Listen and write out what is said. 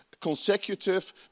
consecutive